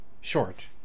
short